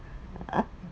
uh